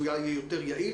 ה אולי יהיה יותר יעיל,